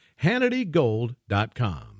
hannitygold.com